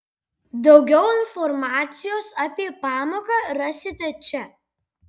daugiau informacijos apie pamoką rasite čia